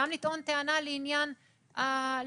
גם לטעון טענה לעניין פטור,